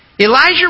Elijah